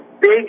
big